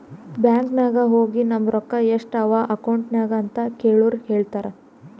bank ನಾಗ್ ಹೋಗಿ ನಮ್ ರೊಕ್ಕಾ ಎಸ್ಟ್ ಅವಾ ಅಕೌಂಟ್ನಾಗ್ ಅಂತ್ ಕೇಳುರ್ ಹೇಳ್ತಾರ್